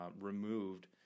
removed